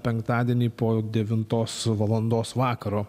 penktadienį po devintos valandos vakaro